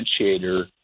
differentiator